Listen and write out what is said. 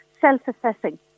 self-assessing